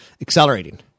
accelerating